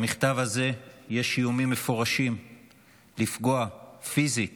במכתב הזה יש איומים מפורשים לפגוע פיזית